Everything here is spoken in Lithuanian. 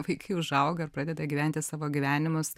vaikai užauga ir pradeda gyventi savo gyvenimus